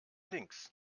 links